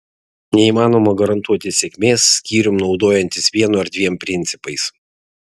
neįmanoma garantuoti sėkmės skyrium naudojantis vienu ar dviem principais